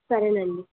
సరే అండి